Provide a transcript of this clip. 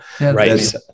right